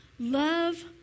Love